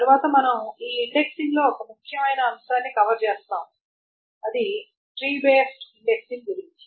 తరువాత మనం ఈ ఇండెక్సింగ్లో ఒక ముఖ్యమైన అంశాన్ని కవర్ చేస్తాము ఇది ట్రీ బేస్డ్ ఇండెక్సింగ్ గురించి